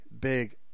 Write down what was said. big